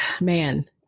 man